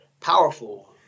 Powerful